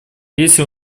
если